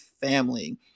family